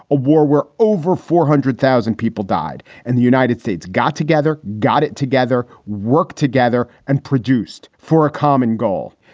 a war where over four hundred thousand people died and the united states got together, got it together, worked together and produced for a common goal.